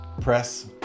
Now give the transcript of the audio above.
press